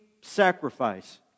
sacrifice